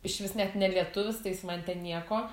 išvis net ne lietuvis tai jis man ten nieko